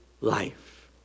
life